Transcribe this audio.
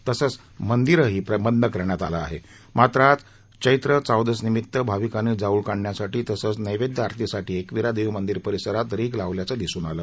तसंच भाविकांसाठी मंदिर प्रवेशही बंद करण्यात आलं आहे मात्र आज चैत्र चावदस निमित्त भाविकांनी जाउळ काढण्यासाठी तसंच आणि नैवद्य आरतीसाठी एकविरा देवी मंदिर पसिरात रिघ लावल्याचं दिसून आलं